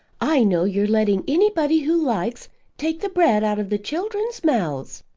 i know you're letting anybody who likes take the bread out of the children's mouths.